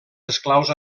esclaus